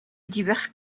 diverses